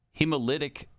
hemolytic